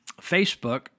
Facebook